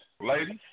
ladies